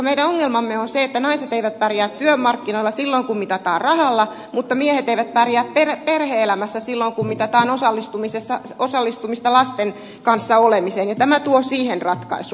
meidän ongelmamme on se että naiset eivät pärjää työmarkkinoilla silloin kun mitataan rahalla mutta miehet eivät pärjää perhe elämässä silloin kun mitataan osallistumista lasten kanssa olemiseen ja tämä tuo siihen ratkaisua